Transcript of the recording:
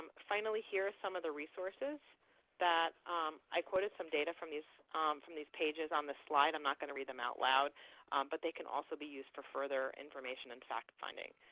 finally, here are some of the resources that i quoted, some data from these from these pages on this slide. i am not going to read them out loud but they can also be used for further information and fact-finding.